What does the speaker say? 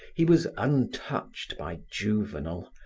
he was untouched by juvenal,